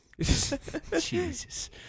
Jesus